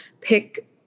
pick